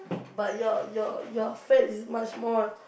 but your your your fat is much more